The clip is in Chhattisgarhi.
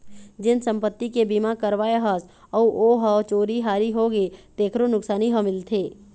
जेन संपत्ति के बीमा करवाए हस अउ ओ ह चोरी हारी होगे तेखरो नुकसानी ह मिलथे